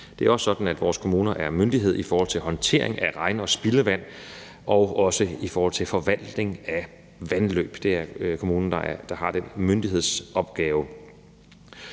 Det er også sådan, at vores kommuner er myndighed i forhold til håndtering af regn- og spildevand og også i forhold til forvaltning af vandløb. Det er kommunen, der har den myndighedsopgave.